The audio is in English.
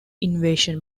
invasion